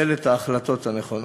ולקבל את ההחלטות הנכונות.